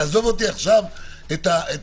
תעזוב אותי עכשיו מהפיתוח.